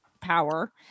power